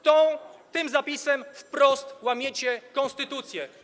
Tym zapisem wprost łamiecie konstytucję.